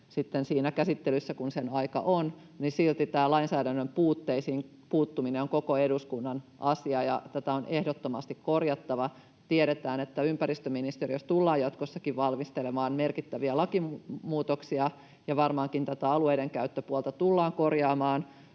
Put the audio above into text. sitten siinä käsittelyssä, missä sen aika on, niin silti tämän lainsäädännön puutteisiin puuttuminen on koko eduskunnan asia ja tätä on ehdottomasti korjattava. Tiedetään, että ympäristöministeriössä tullaan jatkossakin valmistelemaan merkittäviä lakimuutoksia ja varmaankin tätä alueidenkäyttöpuolta tullaan korjaamaan